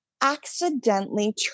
accidentally